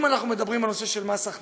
אם אנחנו מדברים על מס הכנסה,